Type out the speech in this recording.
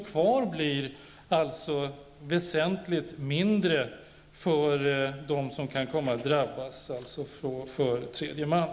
Kvar blir alltså väsentligt mindre för dem som kan komma att drabbas, dvs. för tredje man.